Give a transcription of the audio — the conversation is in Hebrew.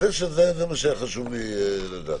שהיה חשוב לי לדעת.